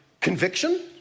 conviction